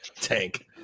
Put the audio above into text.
Tank